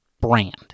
brand